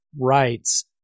Rights